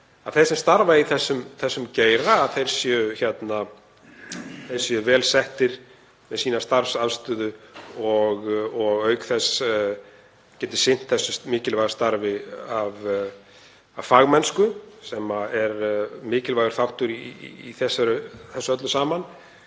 þeir sem starfa í þessum geira séu vel settir með sína starfsaðstöðu og geti auk þess sinnt þessu mikilvæga starfi af fagmennsku, sem er mikilvægur þáttur í þessu öllu saman.